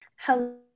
Hello